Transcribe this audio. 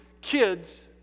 kids